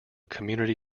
community